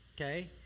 Okay